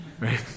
right